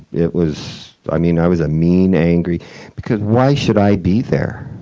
it was i mean, i was a mean, angry because why should i be there?